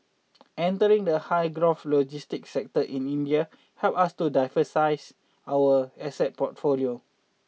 entering the high growth logistics sector in India helps us to diversify our asset portfolio